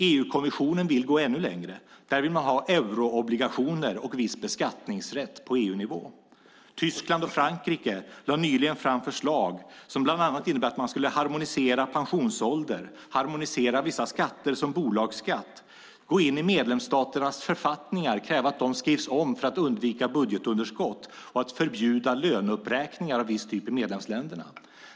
EU-kommissionen vill gå ännu längre. Man vill ha euroobligationer och viss beskattningsrätt på EU-nivå. Tyskland och Frankrike lade nyligen fram förslag som bland innebär att man skulle harmonisera pensionsålder, harmonisera vissa skatter, som bolagsskatt, gå in i medlemsstaternas författningar och kräva att de skrevs om för att undvika budgetunderskott och att förbjuda löneuppräkningar av viss typ i medlemsländerna.